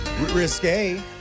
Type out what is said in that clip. risque